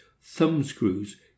thumbscrews